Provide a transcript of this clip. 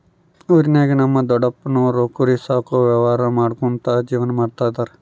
ಊರಿನಾಗ ನಮ್ ದೊಡಪ್ಪನೋರು ಕುರಿ ಸಾಕೋ ವ್ಯವಹಾರ ಮಾಡ್ಕ್ಯಂತ ಜೀವನ ಮಾಡ್ತದರ